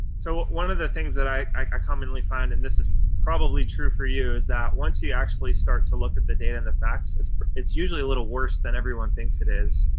so one of the things that i i commonly find, and this is probably true for you, is that once you actually start to look at the data and the facts, it's it's usually a little worse than everyone thinks it is.